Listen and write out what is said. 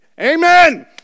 Amen